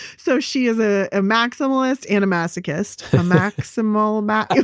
so, she is ah a maximalist and a masochist. a maximalma.